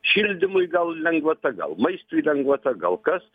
šildymui gal lengvata gal maistui lengvata gal kas